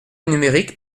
numérique